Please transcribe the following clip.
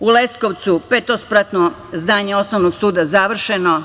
U Leskovcu petospratno zdanje Osnovnog suda završeno.